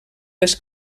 les